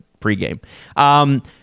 pregame